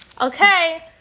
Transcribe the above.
Okay